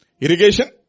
Irrigation